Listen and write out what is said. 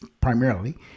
primarily